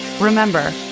Remember